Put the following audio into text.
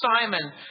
Simon